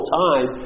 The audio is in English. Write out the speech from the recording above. time